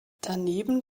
daneben